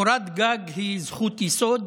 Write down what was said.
קורת גג היא זכות יסוד,